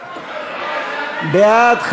בעד,